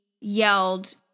yelled